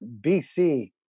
BC